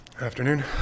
Afternoon